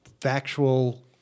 factual